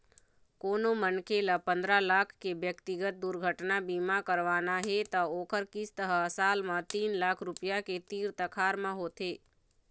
कोनो मनखे ल पंदरा लाख के ब्यक्तिगत दुरघटना बीमा करवाना हे त ओखर किस्त ह साल म तीन लाख रूपिया के तीर तखार म होथे